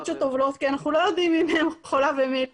שטובלות כי אנחנו לא יודעים מי מהן חולה ומי לא,